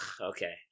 okay